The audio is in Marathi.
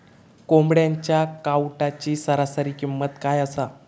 कोंबड्यांच्या कावटाची सरासरी किंमत काय असा?